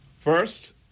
First